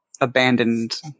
abandoned